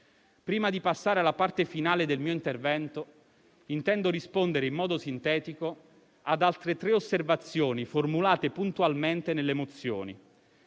Prima di passare alla parte finale del mio intervento, intendo rispondere in modo sintetico ad altre tre osservazioni formulate puntualmente nelle mozioni.